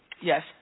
Yes